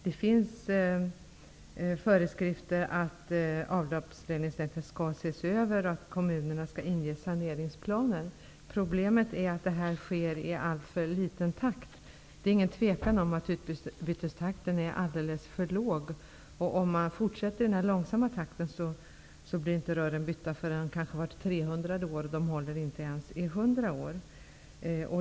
Det finns föreskrifter om att avloppsledningarna skall ses över och att kommunerna skall inge saneringsplaner. Problemet är att detta sker i alltför långsam takt. Det råder inget tvivel om att utbytestakten är alldeles för låg. Om man fortsätter i denna långsamma takt blir inte rören bytta oftare än kanske vart trehundrade år, och de håller inte ens i hundra år.